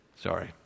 Sorry